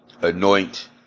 anoint